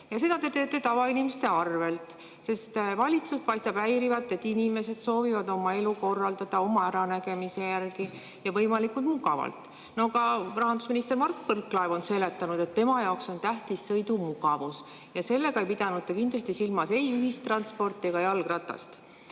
Seda te teete tavainimeste arvel, sest valitsust paistab häirivat see, et inimesed soovivad oma elu korraldada oma äranägemise järgi ja võimalikult mugavalt. Ka rahandusminister Mart Võrklaev on seletanud, et tema jaoks on tähtis sõidumugavus, ja sellega ei pidanud ta kindlasti silmas ei ühistransporti ega jalgratast.